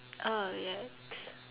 oh yikes